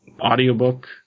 audiobook